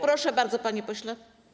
Proszę bardzo, panie pośle.